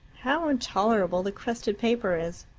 how intolerable the crested paper is.